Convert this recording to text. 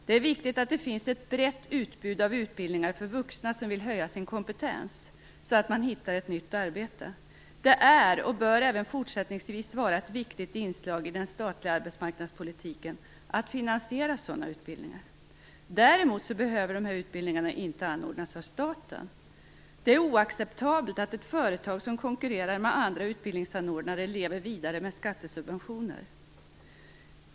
Det är viktigt att det finns ett brett utbud av utbildningar för vuxna som vill höja sin kompetens så att man hittar ett nytt arbete. Det är, och bör även fortsättningsvis vara, ett viktigt inslag i den statliga arbetsmarknadspolitiken att finansiera sådana utbildningar. Däremot behöver dessa utbildningar inte anordnas av staten. Det är oacceptabelt att ett företag som konkurrerar med andra utbildningsanordnare lever vidare med skattesubventioner.